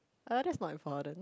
uh that's my father